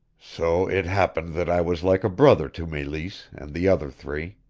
so it happened that i was like a brother to meleese and the other three.